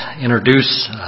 introduce